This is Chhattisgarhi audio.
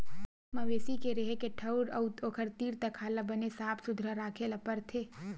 मवेशी के रेहे के ठउर अउ ओखर तीर तखार ल बने साफ सुथरा राखे ल परथे